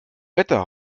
wetter